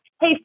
Hey